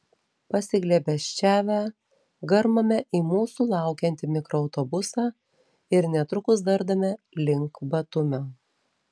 pasiglėbesčiavę garmame į mūsų laukiantį mikroautobusą ir netrukus dardame link batumio